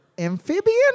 Amphibian